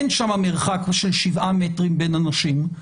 אין שם מרחק של שבעה מטרים בין אנשים,